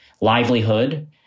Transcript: livelihood